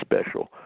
special